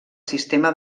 sistema